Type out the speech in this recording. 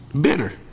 Bitter